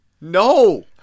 No